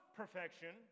perfection